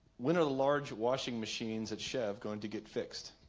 when are the large washing machines at chef going to get fixed